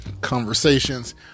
conversations